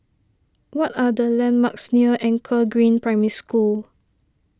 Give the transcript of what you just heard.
what are the landmarks near Anchor Green Primary School